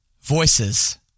voices